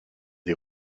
des